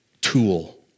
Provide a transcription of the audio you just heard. tool